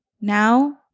now